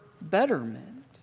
betterment